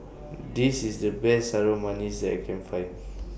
This IS The Best Harum Manis that I Can Find